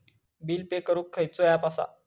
Bill pay करूक खैचो app असा?